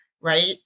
right